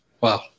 Wow